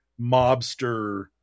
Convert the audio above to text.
mobster